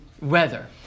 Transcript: weather